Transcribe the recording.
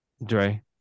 Dre